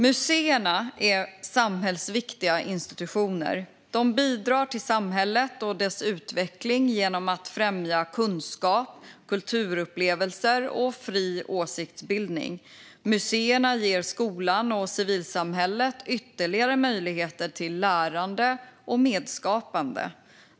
Museerna är samhällsviktiga institutioner. De bidrar till samhället och dess utveckling genom att främja kunskap, kulturupplevelser och fri åsiktsbildning. Museerna ger skolan och civilsamhället ytterligare möjligheter till lärande och medskapande.